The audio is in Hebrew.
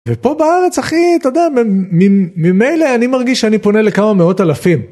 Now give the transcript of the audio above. ופה בארץ אחי, אתה יודע, ממילא אני מרגיש שאני פונה לכמה מאות אלפים.